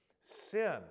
sin